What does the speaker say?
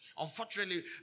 Unfortunately